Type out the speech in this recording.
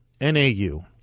NAU